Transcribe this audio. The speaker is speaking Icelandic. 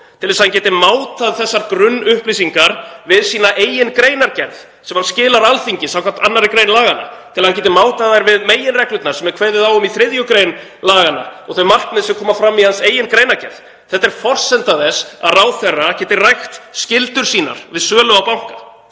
Til að hann geti mátað þessar grunnupplýsingar við sína eigin greinargerð sem hann skilar Alþingi skv. 2. gr. laganna? Til að hann geti mátað þær við meginreglurnar sem er kveðið á um í 3. gr. laganna og þau markmið sem koma fram í hans eigin greinargerð? Þetta er forsenda þess að ráðherra geti rækt skyldur sínar við sölu á banka.